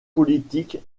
politique